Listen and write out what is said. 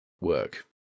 work